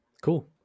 cool